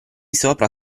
sopra